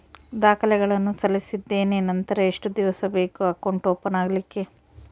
ದಾಖಲೆಗಳನ್ನು ಸಲ್ಲಿಸಿದ್ದೇನೆ ನಂತರ ಎಷ್ಟು ದಿವಸ ಬೇಕು ಅಕೌಂಟ್ ಓಪನ್ ಆಗಲಿಕ್ಕೆ?